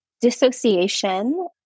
Dissociation